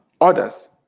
others